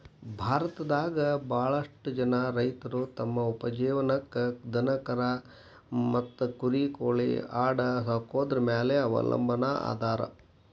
ಭಾರತದಾಗ ಬಾಳಷ್ಟು ಜನ ರೈತರು ತಮ್ಮ ಉಪಜೇವನಕ್ಕ ದನಕರಾ ಮತ್ತ ಕುರಿ ಕೋಳಿ ಆಡ ಸಾಕೊದ್ರ ಮ್ಯಾಲೆ ಅವಲಂಬನಾ ಅದಾರ